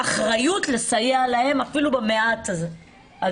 אחריות לסייע להם אפילו במעט הזה.